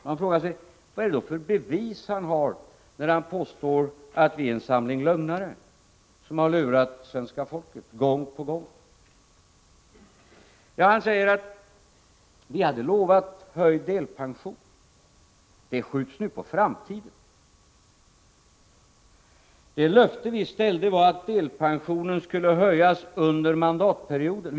Vad är det då för bevis Ingemar Eliasson har för sitt påstående att vi är en samling lögnare som gång på gång har lurat svenska folket? Ja, han sade för det första att vi hade lovat höjd delpension; det skjuts nu på framtiden. Det löfte vi gav var att delpensionen skulle höjas under mandatperioden.